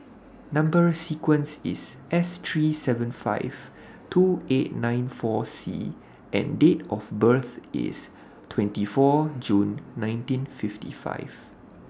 Number sequence IS S three seven five two eight nine four C and Date of birth IS twenty four June nineteen fifty five